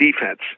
defense